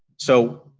so,